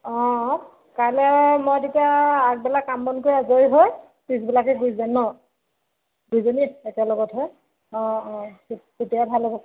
অঁ কাইলৈ মই তেতিয়া আগবেলা কাম বন কৰি আজৰি হৈ পিছবিলাকৈ গুচি যাম ন দুইজনী একেলগতহে অঁ অঁ তেতিয়াই ভাল হ'ব